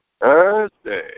Thursday